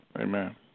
Amen